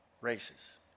races